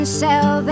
sell